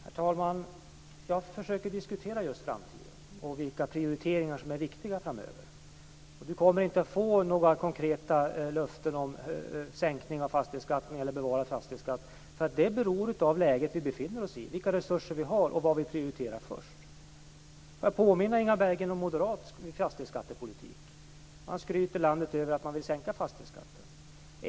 Herr talman! Jag försöker just diskutera framtiden och vilka prioriteringar som är viktiga framöver. Inga Berggren kommer inte att få några konkreta löften om en sänkning av fastighetsskatten eller bevarande av fastighetsskatten. Det beror på det läge vi befinner oss i, vilka resurser vi har och vad vi prioriterar först. Låt mig påminna Inga Berggren om den moderata fastighetsskattepolitiken. Man skryter landet över om att man vill sänka fastighetsskatten.